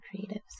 creatives